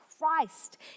Christ